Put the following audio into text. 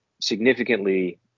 significantly